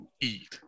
eat